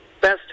best